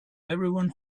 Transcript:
everyone